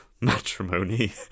matrimony